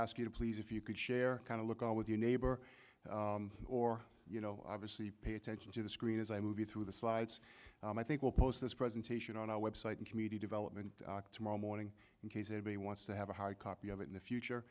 ask you to please if you could share kind of looking with your neighbor or you know obviously pay attention to the screen as i movie through the slides i think we'll post this presentation on our website and community development tomorrow morning in case anybody wants to have a hard copy of it in the future